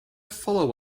follow